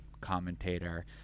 commentator